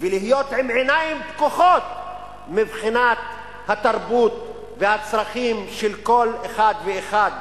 ולהיות עם עיניים פקוחות מבחינת התרבות והצרכים של כל אחד ואחד